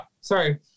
sorry